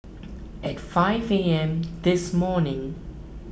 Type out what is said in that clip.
at five A M this morning